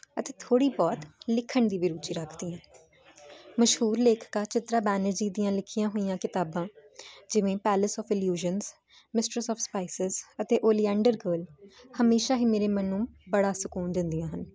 ਅਤੇ ਥੋੜੀ ਬਹੁਤ ਲਿਖਣ ਦੀ ਵੀ ਰੁਚੀ ਰੱਖਦੀ ਐ ਮਸ਼ਹੂਰ ਲੇਖਕਾ ਚਿੱਤਰਾ ਬੈਨਰਜੀ ਦੀਆਂ ਲਿਖੀਆਂ ਹੋਈਆਂ ਕਿਤਾਬਾਂ ਜਿਵੇਂ palace of illusions mistress of spices ਅਤੇ ਓਲੀਐਂਡਰ ਗੋਲ ਹਮੇਸ਼ਾ ਹੀ ਮੇਰੇ ਮਨ ਨੂੰ ਬੜਾ ਸਕੂਨ ਦਿੰਦੀਆਂ ਹਨ